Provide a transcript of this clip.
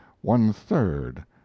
one-third